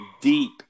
deep